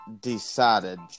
decided